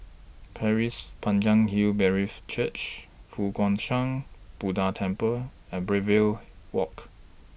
Pasir Panjang Hill Brethren Church Fo Guang Shan Buddha Temple and Brookvale Walk